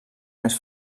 més